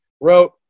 wrote